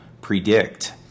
predict